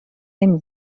نمی